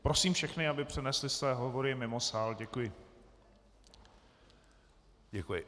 Prosím všechny, aby přenesli své hovory mimo sál. Děkuji.